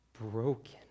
broken